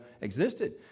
existed